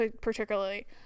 particularly